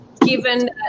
given